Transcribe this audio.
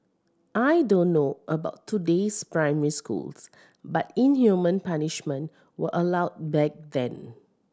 I don't know about today's primary schools but inhumane punishment was allowed back then